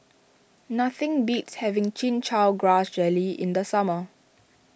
nothing beats having Chin Chow Grass Jelly in the summer